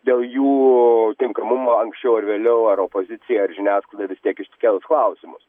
dėl jų tinkamumo anksčiau ar vėliau ar opozicija žiniasklaida vis tiek iškels klausimus